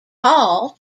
hall